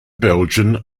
belgian